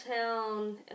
town